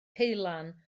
ceulan